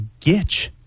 gitch